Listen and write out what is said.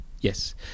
Yes